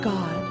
God